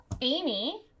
Amy